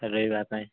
ରହିବା ପାଇଁ